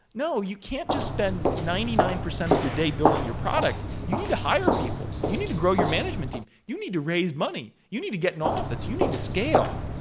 no. you can't just spend ninety nine percent of the day building your product. you need to hire people. you need to grow your management team. you need to raise money. you need to get an office. you need to scale.